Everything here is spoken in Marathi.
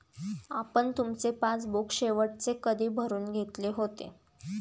आपण तुमचे पासबुक शेवटचे कधी भरून घेतले होते?